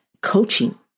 coaching